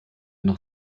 noch